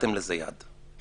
נתתם לזה יד.